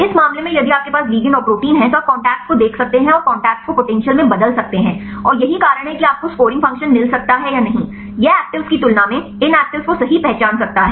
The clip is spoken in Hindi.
इस मामले में यदि आपके पास लिगैंड और प्रोटीन है तो आप कॉन्टैक्ट्स को देख सकते हैं और कॉन्टैक्ट्स को पोटेंशियल में बदल सकते हैं और यही कारण है कि आपको स्कोरिंग फंक्शन मिल सकता है या नहीं यह एक्टिवेस की तुलना में इन एक्टिविस को सही पहचान सकता है